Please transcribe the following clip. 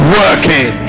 working